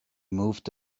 moved